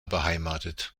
beheimatet